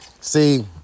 see